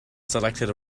selected